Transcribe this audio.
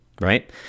right